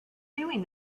doing